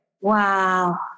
Wow